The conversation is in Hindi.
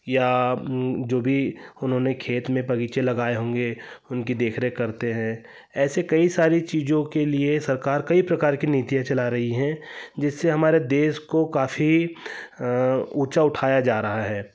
या जो भी उन्होंने खेत में बगीचे लगाए होंगे उनकी देखरेख करते हैं ऐसे कई सारी चीजों के लिए सरकार कई प्रकार की नीतियाँ चला रही हैं जिससे हमारे देश को काफी ऊँचा उठाया जा रहा है